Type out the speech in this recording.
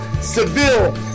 Seville